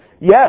yes